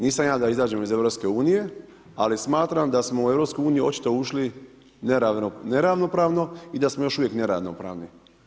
Nisam ja da izađemo iz EU, ali smatram da smo u EU, očito ušli neravnopravno i da smo još uvijek neravnopravni.